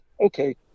okay